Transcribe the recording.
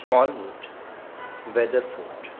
small wood weather fort